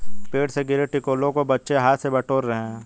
पेड़ से गिरे टिकोलों को बच्चे हाथ से बटोर रहे हैं